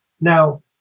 Now